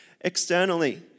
externally